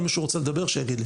אם מישהו רוצה לדבר, שיגיד לי.